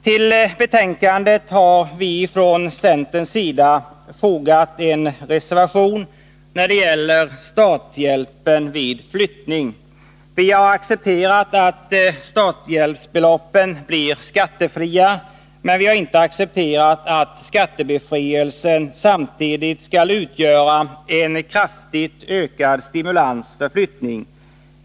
Till betänkandet har vi från centern fogat en reservation när det gäller starthjälpen vid flyttning. Vi har godtagit att starthjälpsbeloppen blir skattefria, men vi har inte accepterat att skattebefrielsen samtidigt skall utgöra en kraftigt ökad stimulans till flyttning.